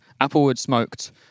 Applewood-smoked